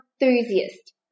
enthusiast